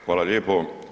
Hvala lijepo.